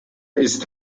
ist